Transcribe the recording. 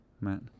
Matt